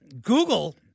Google